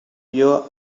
your